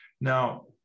Now